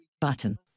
button